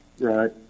Right